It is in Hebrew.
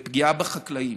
פגיעה בחקלאים